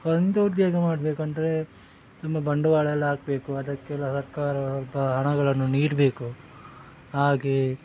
ಸ್ವಂತ ಉದ್ಯೋಗ ಮಾಡಬೇಕಂದ್ರೆ ತುಂಬ ಬಂಡವಾಳ ಎಲ್ಲ ಹಾಕ್ಬೇಕು ಅದಕ್ಕೆಲ್ಲ ಸರ್ಕಾರ ಸ್ವಲ್ಪ ಹಣಗಳನ್ನು ನೀಡಬೇಕು ಹಾಗೆಯೇ